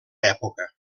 època